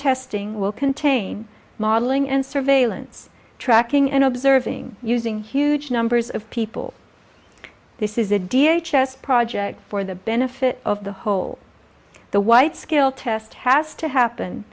testing will contain modeling and surveillance tracking and observing using huge numbers of people this is a d h s s project for the benefit of the whole the white scale test has to happen